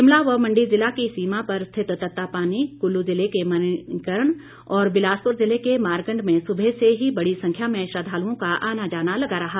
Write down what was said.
शिमला व मंडी ज़िला की सीमा पर स्थित तत्तापानी कुल्लू ज़िले के मणिकर्ण और बिलासपुर ज़िले के मारकंड में सुबह से ही बड़ी संख्या में श्रद्वालुओं का आना जाना लगा रहा